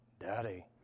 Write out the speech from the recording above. daddy